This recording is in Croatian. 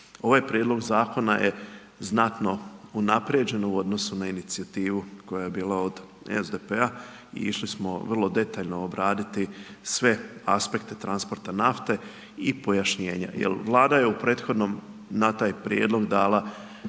Ovaj prijedlog zakona je znatno unaprijeđen u odnosu na inicijativu koja je bila od SDP-a i išli smo vrlo detaljno obraditi sve aspekte transporta nafte i pojašnjenja jel Vlada je u prethodnom na taj prijedlog dala